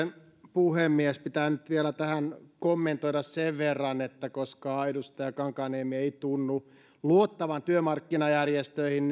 puhemies pitää nyt vielä tähän kommentoida sen verran koska edustaja kankaanniemi ei tunnu luottavan työmarkkinajärjestöihin